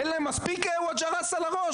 אין להם מספיק ווג'ראס על הראש?